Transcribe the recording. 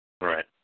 Right